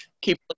keep